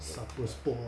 supper spots